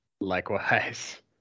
Likewise